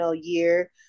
year